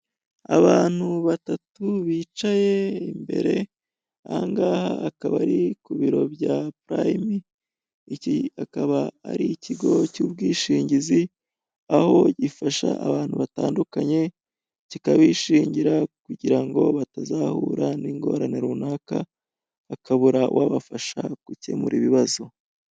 Abantu batatu bicaye imbere, aha ngaha akaba ari ku biro bya Pirime, iki akaba ari ikigo cy'ubwishingizi aho gifasha abantu batandukanye kikabishingira kugira ngo batazahura n'ingorane runaka, bakabura uwabafasha gukemura ibibazo.